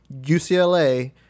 UCLA